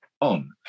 on